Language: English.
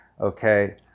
okay